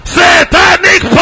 satanic